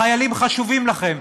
החיילים חשובים לכם.